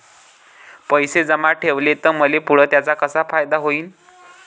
पैसे जमा ठेवले त मले पुढं त्याचा कसा फायदा होईन?